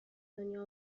دنیا